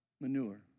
manure